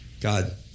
God